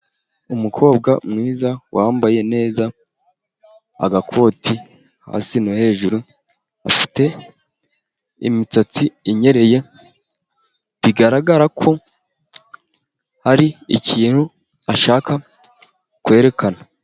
Umukobwa mwiza wambaye neza agakoti hasi no hejuru, afite imisatsi inyereye bigaragara ko hari ikintu ashaka kwerekana.